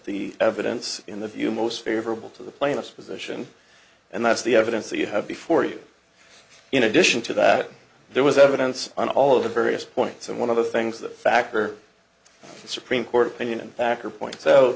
the evidence in the view most favorable to the plaintiff's position and that's the evidence that you have before you in addition to that there was evidence on all of the various points and one of the things that factor supreme court opinion and back your point so